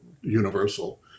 Universal